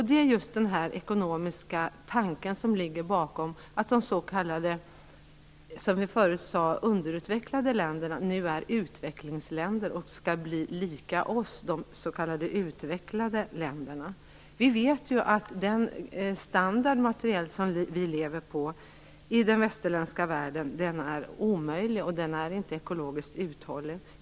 Det gäller den ekonomiska tanken bakom att de, som vi tidigare sade, underutvecklade länder som nu kallas utvecklingsländer skall bli lika oss, de s.k. utvecklade länderna. Vi vet att den materiella standard som vi lever på i den västerländska världen är omöjlig och inte är ekologiskt uthållig.